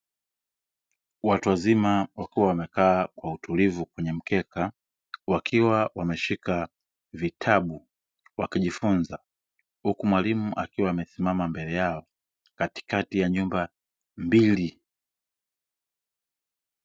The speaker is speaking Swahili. Watu wazima wakiwa wamekaa kwa utulivu kwenye mkeka wakiwa wameshika vitabu wakijifunza, huku mwalimu akiwa amesimama mbele yao katikati ya nyumba mbili.